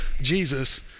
Jesus